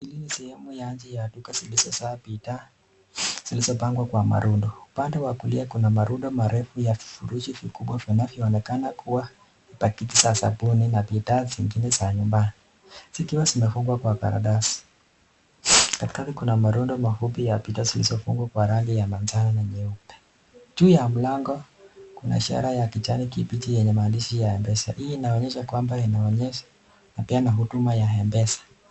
Hili ni sehemu ya nje ya duka zilizojaa bidhaa zilizopangwa kwa marundo. Upande wa kulia kuna marundo marefu ya vifurushi vikubwa vinavyoonekana kuwa pakiti za sabuni na bidhaa zingine za nyumbani, zikiwa zimefungwa kwa karatasi. Katikati kuna marundo mafupi ya bidhaa zilizofungwa kwa rangi ya manjano na nyeupe. Juu ya mlango kuna ishara ya kijani kibichi yenye maandishi ya (cs)M-pesa(cs). Hii inaonyesha kwamba inaonyesha na pia na huduma ya (cs)M-pesa(cs).